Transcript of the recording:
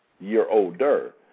year-older